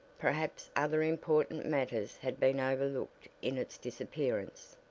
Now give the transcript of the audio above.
perhaps other important matters had been overlooked in its disappearance.